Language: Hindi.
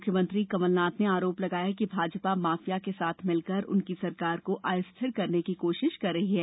मुख्यमंत्री कमलनाथ ने आरोप लगाया है कि भाजपा माफिया के साथ मिलकर उनकी सरकार को अस्थिर करने की कोशिश कर रही है